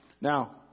Now